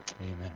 Amen